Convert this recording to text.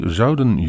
zouden